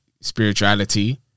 Spirituality